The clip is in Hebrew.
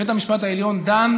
בית המשפט העליון דן